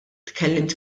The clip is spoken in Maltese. tkellimt